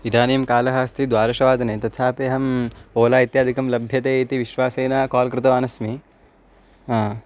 इदानीं कालः अस्ति द्वादशवादने तथापि अहम् ओला इत्यादिकं लभ्यते इति विश्वासेन काल् कृतवान् अस्मि ह